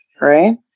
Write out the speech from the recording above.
right